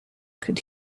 could